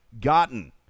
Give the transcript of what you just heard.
gotten